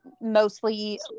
mostly